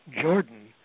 Jordan